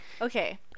Okay